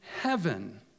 heaven